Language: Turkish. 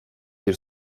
bir